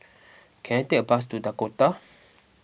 can I take a bus to Dakota